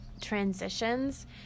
transitions